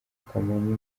kamonyi